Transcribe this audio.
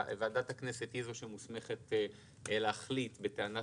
ועדת הכנסת היא זו שמוסמכת להחליט בטענת